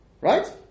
Right